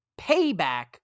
Payback